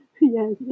Yes